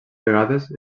vegades